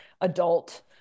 adult